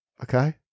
okay